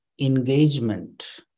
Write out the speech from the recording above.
engagement